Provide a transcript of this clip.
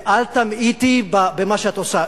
ואל תמעיטי במה שאת עושה.